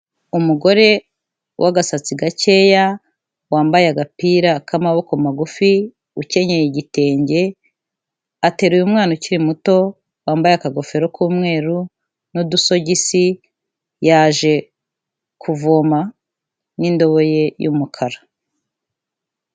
Umugore w'agasatsi gakeya, wambaye agapira k'amaboko magufi, ukenyeye igitenge, ateruye umwana ukiri muto wambaye akagofero k'umweru n'udusogisi, yaje kuvoma n'indobo ye y'umukara.